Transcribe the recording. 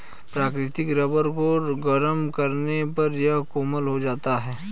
प्राकृतिक रबर को गरम करने पर यह कोमल हो जाता है